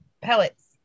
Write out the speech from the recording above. pellets